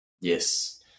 Yes